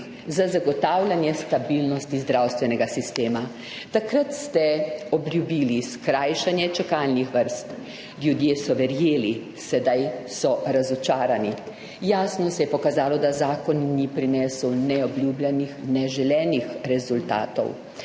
za zagotovitev stabilnosti zdravstvenega sistema. Takrat ste obljubili skrajšanje čakalnih vrst. Ljudje so verjeli, sedaj so razočarani. Jasno se je pokazalo, da zakon ni prinesel ne obljubljenih ne želenih rezultatov.